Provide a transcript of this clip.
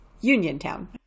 Uniontown